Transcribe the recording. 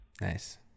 Nice